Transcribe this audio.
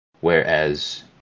Whereas